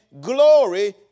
glory